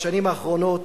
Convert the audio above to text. ובשנים האחרונות